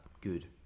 good